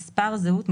מספר זהות,